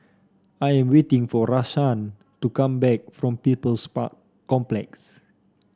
I am waiting for Rahsaan to come back from People's Park Complex